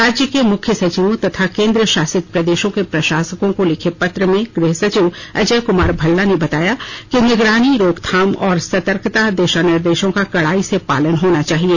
राज्यों के मुख्य सचिवों तथा केन्द्र शासित प्रदेशों के प्रशासकों को लिखे पत्र में गृह सचिव अजय कुमार भल्ला ने कहा है कि निगरानी रोकथाम और सतर्कता दिशा निर्देशों का कड़ाई से पालन होना चाहिए